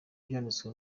byanditswe